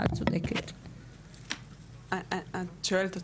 את שואלת אותי?